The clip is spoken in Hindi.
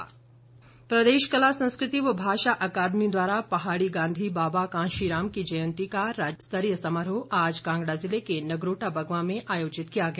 जयंती प्रदेश कला संस्कृति व भाषा अकादमी द्वारा पहाड़ी गांधी बाबा कांशीराम की जयंती का राज्य स्तरीय समारोह आज कांगड़ा ज़िले के नगरोटा बगवां में आयोजित किया गया